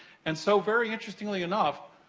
and, so, very interestingly enough,